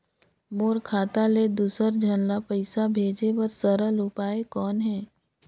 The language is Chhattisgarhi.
मोर खाता ले दुसर झन ल पईसा भेजे बर सरल उपाय कौन हे?